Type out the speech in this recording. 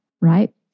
right